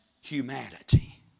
humanity